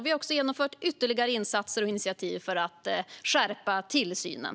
Vi har också genomfört ytterligare insatser och initiativ för att skärpa tillsynen.